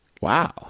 Wow